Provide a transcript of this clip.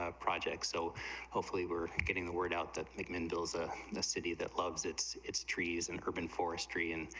ah project so hopefully we're getting the word out that like the candles of ah the city that loves its its trees and urban forestry and